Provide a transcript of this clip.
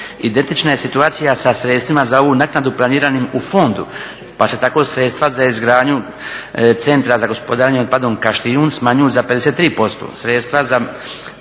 Identična je situacija sa sredstvima za ovu naknadu planiranim u fondu pa se tako sredstva za izgradnju Centra za gospodarenje otpadom Kaštijun smanjuju za 53%,